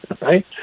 right